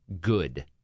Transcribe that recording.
good